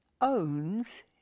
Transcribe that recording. owns